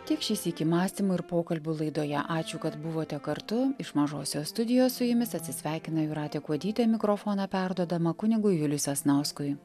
tik šį sykį mąstymų ir pokalbių laidoje ačiū kad buvote kartu iš mažosios studijos su jumis atsisveikina jūratė kuodytė mikrofoną perduodama kunigui juliui sasnauskui